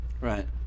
Right